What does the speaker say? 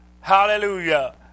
Hallelujah